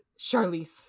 Charlize